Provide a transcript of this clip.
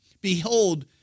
Behold